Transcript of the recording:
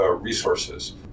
resources